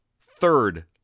third